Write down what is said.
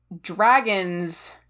dragons